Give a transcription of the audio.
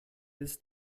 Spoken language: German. bis